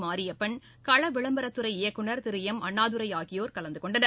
மாரியப்பன் கள விளம்பரத்துறை இயக்குனர் திரு எம் அண்ணாதுரை ஆகியோர் கலந்து கொண்டனர்